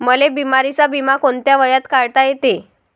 मले बिमारीचा बिमा कोंत्या वयात काढता येते?